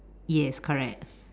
yes correct